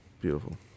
Beautiful